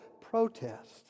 protest